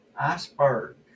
Iceberg